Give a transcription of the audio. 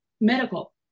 medical